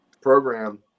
program